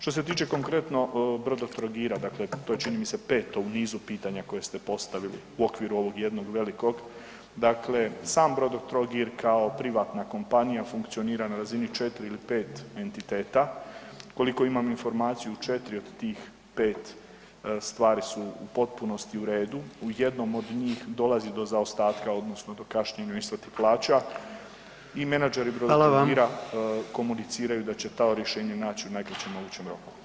Što se tiče konkretno Brodotrogira, dakle to je čini mi se, peto u nizu pitanja koje ste postavili u okviru ovog jednog velikog, dakle sam Brodotrogir kao privatna kompanija funkcionira na razini 4 ili 5 entiteta, koliko imam informaciju, u 4 od tih 5 stvari su u potpunosti u redu, u jednom od njih dolazi do zaostatka odnosno do kašnjenja u isplati plaća i menadžeri Brodotrogira [[Upadica predsjednik: Hvala vam.]] komuniciraju da će ta rješenja naći u najkraćem mogućem roku.